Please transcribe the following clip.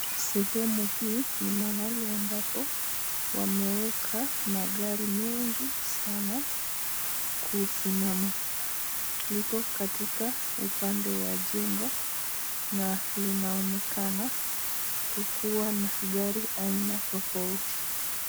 Sehemu hii ni mahali ambapo wameweka magari mengi sana kusimamama. Liko katika upande wa jengo na linaonekana kukuwa na gari aina tofauti.